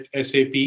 SAP